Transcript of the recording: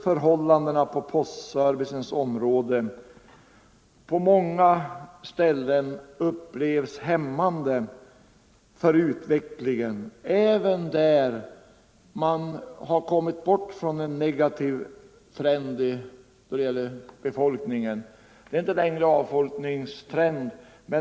Förhållandena på postservicens område upplevs på många ställen som hämmande för utvecklingen, även där man har kommit bort från en negativ trend i fråga om befolkning och inte längre har en avfolkningstrend.